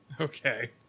Okay